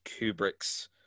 Kubrick's